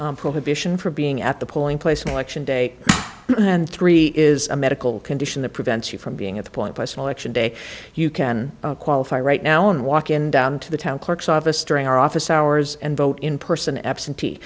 vision for being at the polling place in lection day and three is a medical condition that prevents you from being at the point by selection day you can qualify right now and walk in down to the town clerk's office during office hours and vote in person absentee